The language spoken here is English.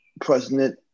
president